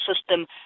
system